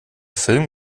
film